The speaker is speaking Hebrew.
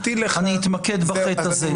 אתמקד בחטא הזה.